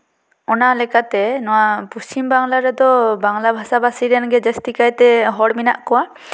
ᱚᱱᱟ ᱞᱮᱠᱟᱛᱮ ᱱᱚᱣᱟ ᱯᱚᱥᱪᱷᱤᱢ ᱵᱟᱝᱞᱟ ᱨᱮᱫᱚ ᱵᱟᱝᱞᱟ ᱵᱷᱟᱥᱟᱼᱵᱷᱟᱥᱤ ᱨᱮᱱ ᱜᱮ ᱡᱟᱹᱥᱛᱤ ᱠᱟᱭᱛᱮ ᱦᱚᱲ ᱢᱮᱱᱟᱜ ᱠᱚᱣᱟ